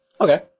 Okay